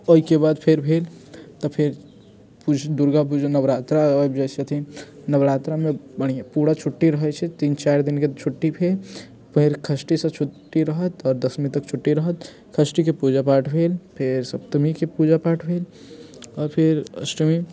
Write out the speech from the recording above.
ओहिके बाद फेर भेल तऽ फेर पूज दुर्गा पूजा नवरात्रा आबि जाइत छथिन नवरात्रामे बढ़िआँ पूरा छुट्टी रहै छै तीन चारि दिनके छुट्टी भेल फेर षष्ठीसँ छुट्टी रहत आओर दशमीतक छुट्टी रहत षष्ठीके पूजा पाठ भेल फेर सप्तमीके पूजा पाठ भेल आओर फेर अष्टमी